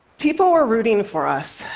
people were rooting for us.